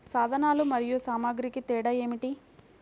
సాధనాలు మరియు సామాగ్రికి తేడా ఏమిటి?